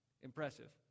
Impressive